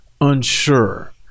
unsure